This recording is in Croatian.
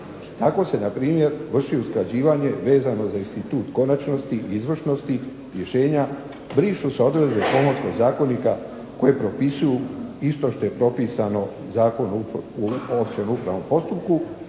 Tako se npr. vrši usklađivanje vezano za institut konačnosti i izvršnosti rješenja, brišu se odredbe Pomorskog zakonika koje propisuju isto što je propisano Zakonom o općem upravnom postupku,